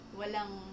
walang